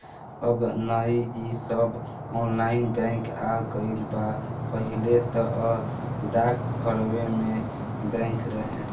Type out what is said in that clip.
अब नअ इ सब ऑनलाइन बैंक आ गईल बा पहिले तअ डाकघरवे में बैंक रहे